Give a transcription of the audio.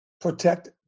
protect